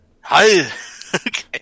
Hi